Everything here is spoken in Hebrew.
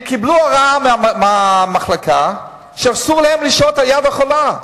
הם קיבלו הוראה מהמחלקה שאסור להם לשהות ליד החולה.